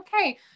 okay